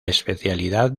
especialidad